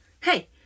Hey